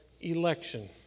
election